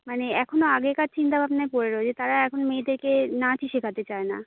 মানে এখনো আগেকার চিন্তাভাবনায় পড়ে রয়েছে তারা এখন মেয়েদেরকে নাচই শেখাতে চায় না